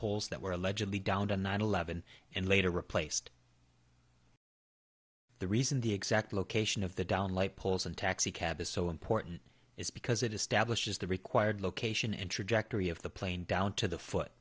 poles that were allegedly down to nine eleven and later replaced the reason the exact location of the downed light poles and taxi cab is so important is because it establishes the required location and trajectory of the plane down to the foot